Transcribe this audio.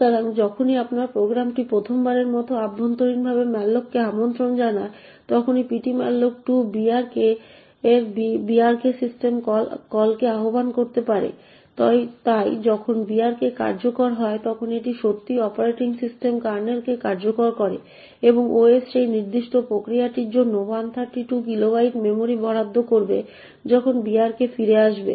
সুতরাং যখনই আপনার প্রোগ্রামটি প্রথমবারের মতো অভ্যন্তরীণভাবে malloc কে আমন্ত্রণ জানায় তখনই ptmalloc2 brk এর brk সিস্টেম কলকে আহ্বান করতে পারে তাই যখন brk কার্যকর হয় তখন এটি সত্যিই অপারেটিং সিস্টেম কার্নেলকে কার্যকর করে এবং OS সেই নির্দিষ্ট প্রক্রিয়াটির জন্য 132 কিলোবাইট মেমরি বরাদ্দ করবে যখন brk ফিরে আসবে